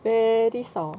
very 少